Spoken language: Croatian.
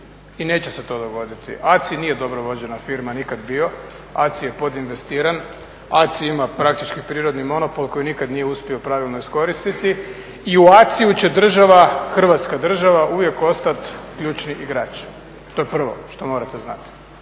i neće se to dogoditi. ACI nije dobro vođena firma nikad bio. ACI je podinvestiran, ACI ima praktički prirodni monopol koji nikad nije uspio pravilno iskoristiti i u ACI-ju će država, Hrvatska država, uvijek ostati ključni igrač. To je prvo što morate znati.